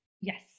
Yes